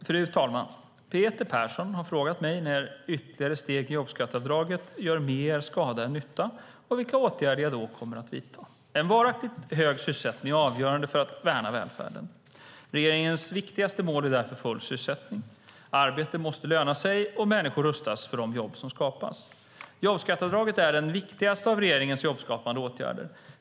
Fru talman! Peter Persson har frågat mig när ytterligare steg i jobbskatteavdraget gör mer skada än nytta och vilka åtgärder jag då kommer att vidta. En varaktigt hög sysselsättning är avgörande för att värna välfärden. Regeringens viktigaste mål är därför full sysselsättning. Arbete måste löna sig och människor rustas för de jobb som skapas. Jobbskatteavdraget är den viktigaste av regeringens jobbskapande åtgärder.